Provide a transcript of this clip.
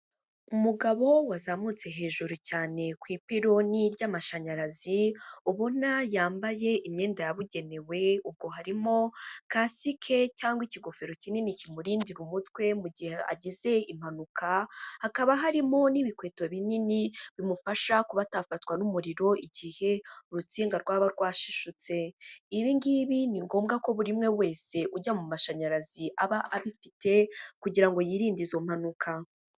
Umugabo wazamutse hejuru cyane ku ipironi ry'amashanyarazi, ubona yambaye imyenda yabugenewe, ubwo harimo kasike cyangwa ikigofero kinini kimurindira umutwe mu gihe agize impanuka, hakaba harimo n'ibikweto binini bimufasha kuba atafatwa n'umuriro igihe urutsinga rwaba rwashishutse, ibi ngibi ni ngombwa ko buri umwe wese ujya mu mashanyarazi aba abifite, kugira ngo yirinde izo mpanuka.